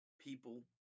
people